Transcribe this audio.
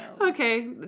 Okay